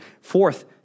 Fourth